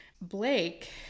Blake